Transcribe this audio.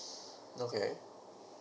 okay